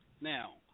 Now